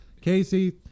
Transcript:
Casey